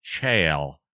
Chael